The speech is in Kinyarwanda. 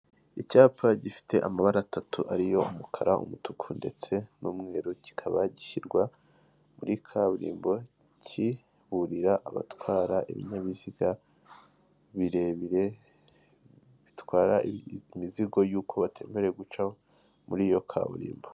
Icyapa gifite amabara atatu ariyo:umukara, umutuku, ndetse n'umweru, kikaba gishyirwa muri kaburimbo kiburira abatwara ibinyabiziga birebire bitwara imizigo yuko batemerewe guca muri iyo kaburimbo.